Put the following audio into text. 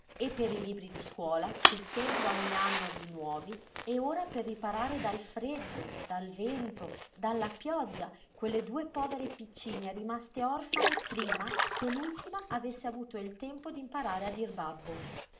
e per i libri di scuola che sempre ogni anno di nuovi e ora per riparare dal freddo dal vento dalla pioggia quelle due povere piccine rimaste orfane prima che l'ultima avesse avuto il tempo d'imparare a dir babbo